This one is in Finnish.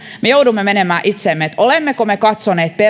me joudumme menemään itseemme että olemmeko me katsoneet